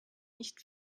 nicht